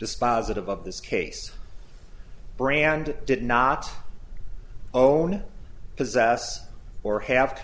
dispositive of this case brand did not own possess or have